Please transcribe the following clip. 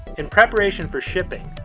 in preparation for shipping,